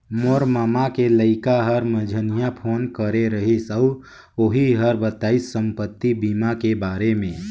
मोर ममा के लइका हर मंझिन्हा फोन करे रहिस अउ ओही हर बताइस संपति बीमा के बारे मे